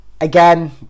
Again